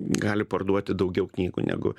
gali parduoti daugiau knygų negu